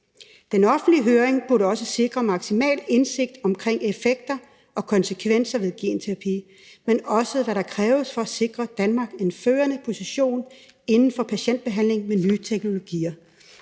Den offentlige høring burde også sikre maksimal indsigt i effekter og konsekvenser ved genterapi, men også i, hvad der kræves for at sikre Danmark en førende position inden for patientbehandling med nye teknologier.«